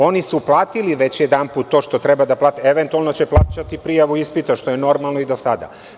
Oni su platili već jedanput to što treba da plate, eventualno će plaćati prijavu ispita, što je normalno i do sada.